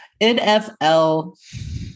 NFL